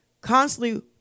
Constantly